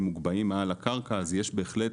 מוגבהים מעל הקרקע, יש בהחלט